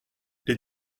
les